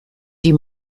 die